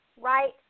right